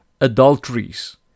adulteries